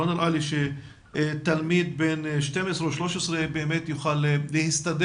לא נראה לי שתלמיד בן 12 או 13 באמת יוכל להסתדר